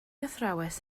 athrawes